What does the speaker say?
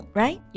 right